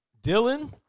Dylan